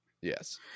yes